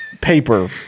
paper